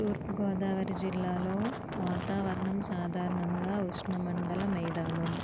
తూర్పుగోదావరి జిల్లాలో వాతావరణం సాధారణంగా ఉష్ణ మండల మైదానం